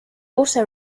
also